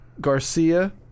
Garcia